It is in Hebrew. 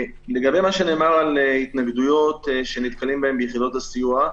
לגבי מה שנאמר על התנגדויות שנתקלים בהן ביחידות הסיוע,